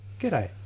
G'day